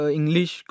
English